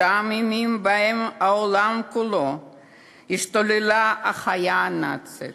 אותם הימים שבהם בעולם כולו השתוללה החיה הנאצית